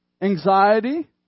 Anxiety